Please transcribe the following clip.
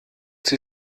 sie